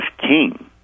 king